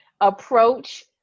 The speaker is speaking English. approach